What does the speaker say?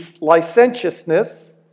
licentiousness